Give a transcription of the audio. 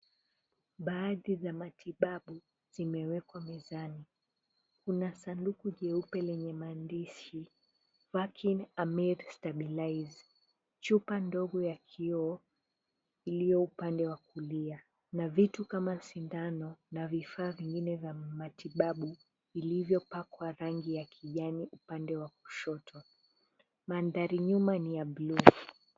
Baadhi za matibabu zimewekwa mezani. Kuna sanduku jeupe lenye maandishi Vaccine Amaril Stabilise . Chupa ndogo ya kioo iliyo upande wa kulia na vitu kama sindano na vifaa vingine vya matibabu, vilivyopakwa rangi ya kijani upande wa kushoto. Mandhari nyuma ni ya buluu.